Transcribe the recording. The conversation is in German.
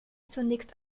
zunächst